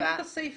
שיקבלו קנס.